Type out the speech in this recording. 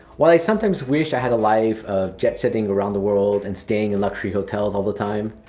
while i sometimes wish i had a life of jet-setting around the world and staying in luxury hotels all the time,